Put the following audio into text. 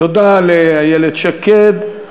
תודה לאיילת שקד.